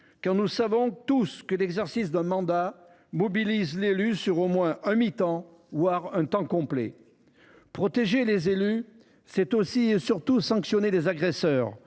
car, nous le savons tous, l’exercice d’un mandat mobilise l’élu sur au moins un mi temps, voire sur un temps complet. Oui ! Protéger les élus, c’est aussi et surtout sanctionner les agresseurs,